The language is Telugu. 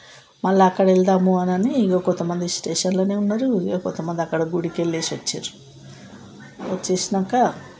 మళ్ళీ అక్కడికి వెళదామని ఇదిగో కొంతమంది స్టేషన్లోనే ఉన్నారు ఇంకొంత మంది అక్కడ గుడికి వెళ్ళేసి వచ్చారు వచ్చేసినాక